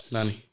Nani